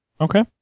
Okay